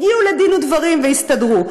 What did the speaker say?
הגיעו לדין ודברים והסתדרו.